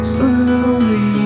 Slowly